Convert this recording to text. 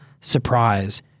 surprise